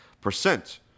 percent